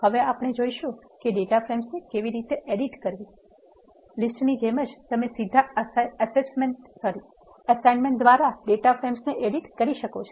હવે આપણે જોઈશું કે ડેટા ફ્રેમ્સને કેવી રીતે એડિટ કરવું લિસ્ટની જેમજ તમે સીધા એસાઇમેન્ટ દ્વારા ડેટા ફ્રેમ્સને એડિટ કરી શકો છો